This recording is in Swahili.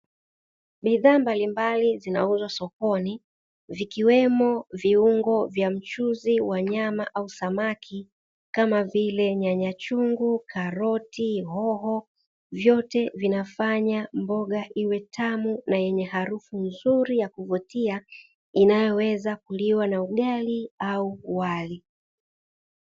Bidhaa mbalimbali zinauzwa sokoni, vikiwemo viungo vya mchuzi wa nyama au samaki kama vile nyanya chungu, karoti, hoho vyote vinafanya mboga iwe tamu na yenye harufu nzuri ya kuvutia inayoweza kuliwa na ugali au wali.